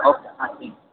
okay